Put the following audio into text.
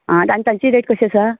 आं आनी तांची रेट कशीं आसा